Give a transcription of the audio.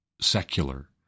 secular